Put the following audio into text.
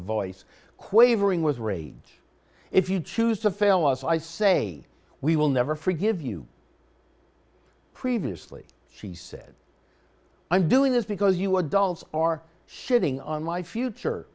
voice quavering was rage if you choose to fail us i say we will never forgive you previously she said i'm doing this because you adults are shitting on my future